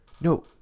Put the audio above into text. no